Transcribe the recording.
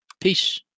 Peace